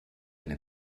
eine